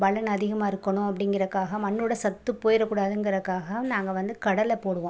பலன் அதிகமாயிருக்கனும் அப்படிங்குறக்காக மண்ணோடய சத்து போயிறக்கூடாதுங்குறக்காக நாங்கள் வந்து கடலை போடுவோம்